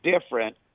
different